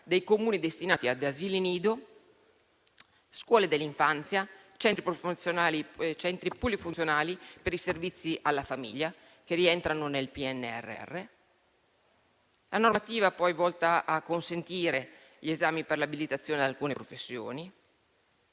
dei Comuni destinati ad asili nido, scuole dell'infanzia e centri polifunzionali per i servizi alla famiglia che rientrano nel PNRR. La normativa è poi volta a consentire gli esami per l'abilitazione ad alcune professioni.